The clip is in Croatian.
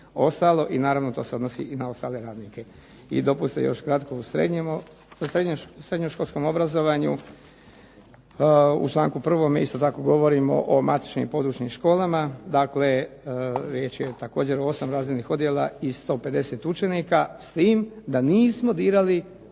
i naravno to se odnosi i na ostale radnike. I dopustite još kratko o srednje školskom obrazovanju. U članku prvome isto tako govorimo o matičnim područnim školama. Dakle, riječ je također o osam razrednih odjela i 150 učenika, s tim da nismo dirali